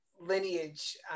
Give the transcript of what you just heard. lineage